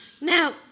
Now